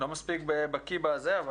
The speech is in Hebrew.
לא מספיק בקי בנושא.